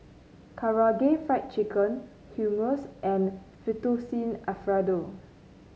Karaage Fried Chicken Hummus and Fettuccine Alfredo